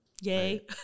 Yay